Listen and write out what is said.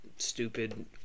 stupid